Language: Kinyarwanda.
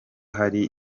hari